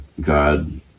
God